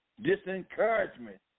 disencouragement